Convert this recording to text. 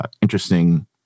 interesting